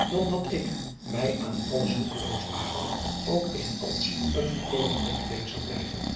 dan dat ik mij aan alles roekeloos wagende ook in alles een volkomen brekebeen zou blijven